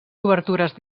obertures